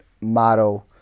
motto